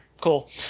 Cool